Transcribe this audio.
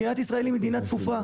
מדינת ישראל היא מדינה צפופה.